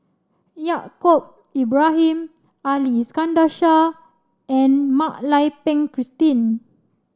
Yaacob Ibrahim Ali Iskandar Shah and Mak Lai Peng Christine